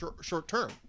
short-term